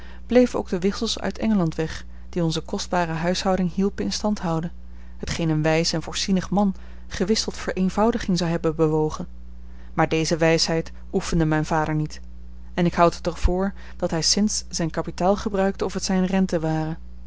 bleven ook de wissels uit engeland weg die onze kostbare huishouding hielpen in stand houden hetgeen een wijs en voorzienig man gewis tot vereenvoudiging zou hebben bewogen maar deze wijsheid oefende mijn vader niet en ik houd het er voor dat hij sinds zijn kapitaal gebruikte of het zijne renten waren